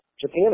Japan